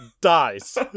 dies